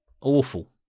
awful